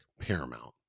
paramount